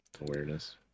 Awareness